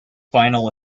final